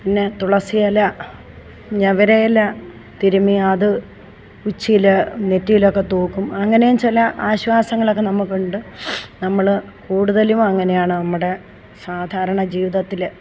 പിന്നെ തുളസി ഇല ഞവര ഇല തിരുമി അത് ഉച്ചീൽ നെറ്റീലൊക്കെ തൂക്കും അങ്ങനേം ചില ആശ്വാസങ്ങളൊക്കെ നമുക്കുണ്ട് നമ്മൾ കൂടുതലും അങ്ങനെയാണ് നമ്മുടെ സാധാരണ ജീവിതത്തിൽ